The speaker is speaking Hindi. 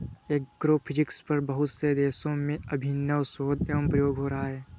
एग्रोफिजिक्स पर बहुत से देशों में अभिनव शोध एवं प्रयोग हो रहा है